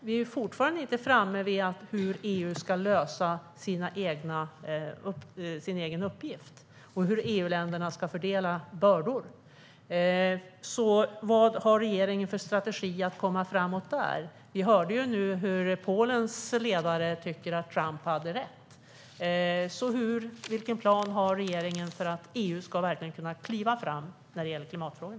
Vi har dock fortfarande inte kommit fram till hur EU ska lösa sin egen uppgift och hur EU-länderna ska fördela bördor. Vilken strategi har regeringen för att komma framåt där? Vi har nyligen hört att Polens ledare tycker att Trump hade rätt. Vilken plan har regeringen för att EU verkligen ska kunna kliva fram i klimatfrågorna?